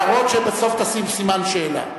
הערות שבסוף תשים סימן שאלה.